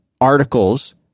articles